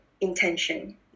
intention